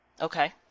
Okay